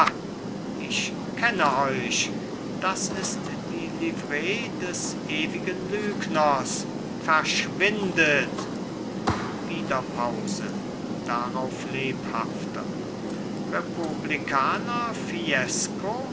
ich kenne euch das ist die liverei des ewigen lügners verschwindet wieder pause darauf lebhafter republikaner fiesco